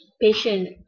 patient